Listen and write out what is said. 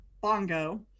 bongo